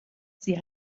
sie